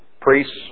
priests